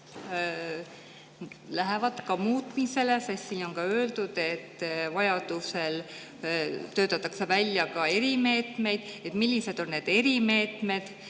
lähevad muutmisele? Siin on ka öeldud, et vajadusel töötatakse välja erimeetmeid. Millised on need erimeetmed